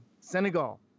Senegal